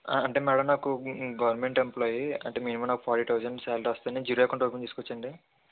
అంటే మేడం నాకు government employee అంటే మినిమమ్ నాకు ఫైవ్ థౌసండ్ సాలరీ వస్తుంది నేను జీరో అకౌంట్ ఓపెన్ చేసుకోవచ్చా అండి